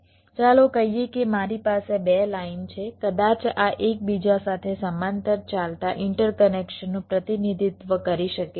ચાલો કહીએ કે મારી પાસે 2 લાઇન છે કદાચ આ એકબીજા સાથે સમાંતર ચાલતા ઇન્ટરકનેક્શનનું પ્રતિનિધિત્વ કરી શકે છે